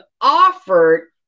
offered